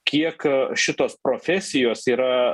kiek šitos profesijos yra